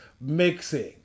mixing